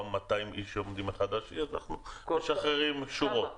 200 איש שעומדים אחד על השני אז אנחנו משחררים שורות.